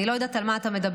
אני לא יודעת על מה אתה מדבר.